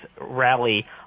rally